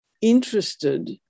interested